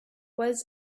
was